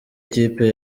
ikipe